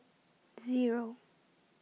Zero